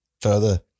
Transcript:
further